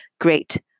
great